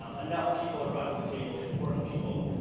um enough people are brought to the table, the important people,